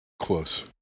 Close